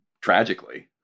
tragically